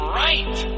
right